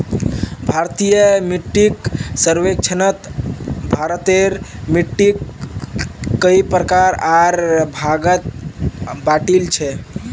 भारतीय मिट्टीक सर्वेक्षणत भारतेर मिट्टिक कई प्रकार आर भागत बांटील छे